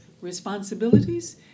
responsibilities